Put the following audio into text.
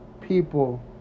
people